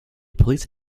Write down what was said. police